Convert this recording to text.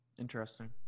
Interesting